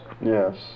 Yes